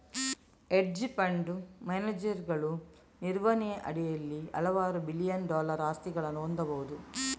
hedge fund ಮ್ಯಾನೇಜರುಗಳು ನಿರ್ವಹಣೆಯ ಅಡಿಯಲ್ಲಿ ಹಲವಾರು ಬಿಲಿಯನ್ ಡಾಲರ್ ಆಸ್ತಿಗಳನ್ನು ಹೊಂದಬಹುದು